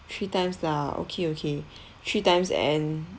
three times lah okay okay three times and